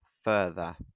further